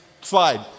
slide